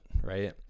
right